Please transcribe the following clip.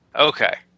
Okay